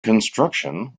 construction